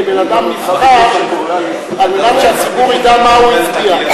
ובן-אדם נבחר כדי שהציבור ידע מה הצביע.